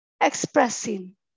expressing